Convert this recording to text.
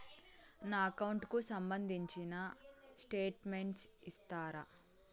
నా అకౌంట్ కు సంబంధించిన స్టేట్మెంట్స్ ఇస్తారా